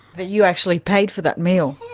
that you actually paid for that meal?